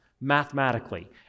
mathematically